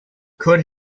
could